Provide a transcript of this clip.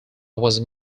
was